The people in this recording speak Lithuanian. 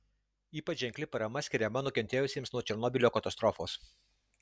ypač ženkli parama skiriama nukentėjusiems nuo černobylio katastrofos